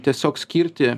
tiesiog skirti